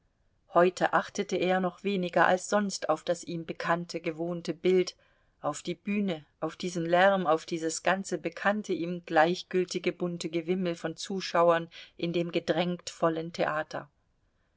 heute achtete er noch weniger als sonst auf das ihm bekannte gewohnte bild auf die bühne auf diesen lärm auf dieses ganze bekannte ihm gleichgültige bunte gewimmel von zuschauern in dem gedrängt vollen theater